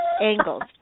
angles